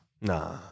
Nah